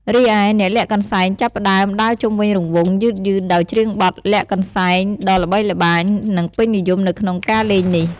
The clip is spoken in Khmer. រីឯ អ្នកលាក់កន្សែងចាប់ផ្តើម ដើរជុំវិញរង្វង់ យឺតៗ ដោយច្រៀងបទ "លាក់កន្សែង" ដ៏ល្បីល្បាញ និងពេញនិយមនៅក្នុងការលេងនេះ។